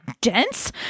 dense